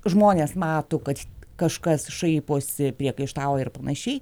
žmonės mato kad kažkas šaiposi priekaištauja ir panašiai